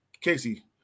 Casey